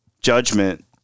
judgment